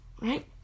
Right